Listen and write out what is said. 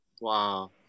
Wow